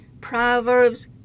Proverbs